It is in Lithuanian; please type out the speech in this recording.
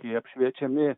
tie apšviečiami